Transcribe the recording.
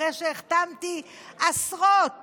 אחרי שהחתמתי עשרות